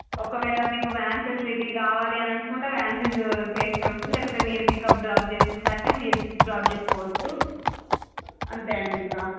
ఒకవేళ మీకు van facility కావాలి అని అనుకుంటే వ్యాన్ ఫీజు చెల్లించడం ఉంటుంది లేకపోతే మీరు పికప్ డ్రాప్ చేసు కుంటాం అంటే మీరు డ్రాప్ చేసుకోవచ్చు అంతే అండి ఇంకా